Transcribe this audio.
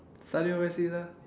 study overseas ah